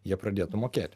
jie pradėtų mokėti